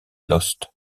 lost